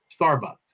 Starbucks